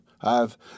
I've